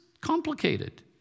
complicated